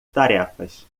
tarefas